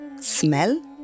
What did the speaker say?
Smell